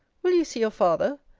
will you see your father?